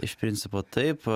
iš principo taip